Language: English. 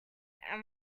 and